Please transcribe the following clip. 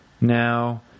Now